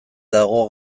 dago